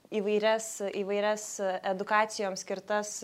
įvairias įvairias edukacijom skirtas